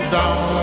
down